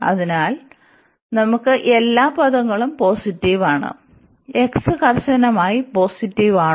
അതിനാൽ നമുക്ക് എല്ലാ പദങ്ങളും പോസിറ്റീവ് ആണ് x കർശനമായി പോസിറ്റീവ് ആണോ